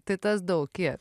tai tas daug kiek